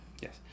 Yes